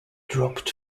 dropped